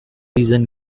reason